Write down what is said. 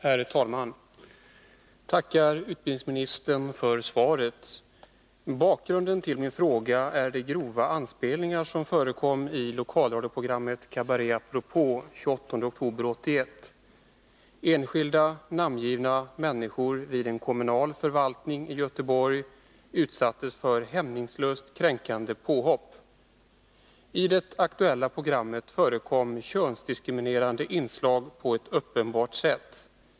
Herr talman! Jag tackar utbildningsministern för svaret. Bakgrunden till min fråga är de grova anspelningar som förekom i lokalradioprogrammet ”Kabaré apropå” den 28 oktober 1981. Enskilda namngivna människor vid en kommunal förvaltning i Göteborg utsattes för hämningslöst kränkande påhopp. I det aktuella programmet förekom könsdiskriminerande inslag på ett uppenbart sätt.